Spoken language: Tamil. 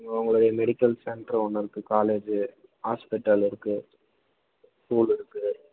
அவங்களுடைய மெடிக்கல் சென்டரு ஒன்று இருக்குது காலேஜு ஹாஸ்பிட்டல் இருக்குது ஸ்கூல் இருக்குது